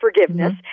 forgiveness